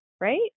right